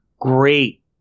great